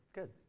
Good